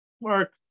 Mark